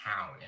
town